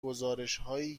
گزارشهایی